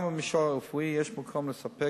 גם במישור הרפואי יש מקום לספק